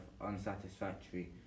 unsatisfactory